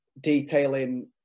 detailing